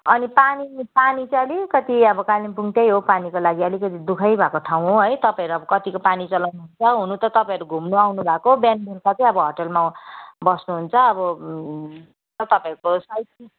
अनि पानी पानी चाहिँ अलिकति अब कालिम्पोङ त्यही हो पानीको लागि अलिकति दुखै भएको ठाउँ हो है तपाईँहरू अब कतिको पानी चलाउनु हुन्छ हुन त तपाईँहरू घुम्नु आउनुभएको बिहान बेलुका चाहिँ अब होटल बस्नुहुन्छ अब तपाईँहरूको साइड सिन